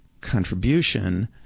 contribution